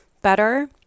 better